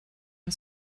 and